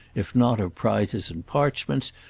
if not of prizes and parchments,